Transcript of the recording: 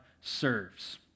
serves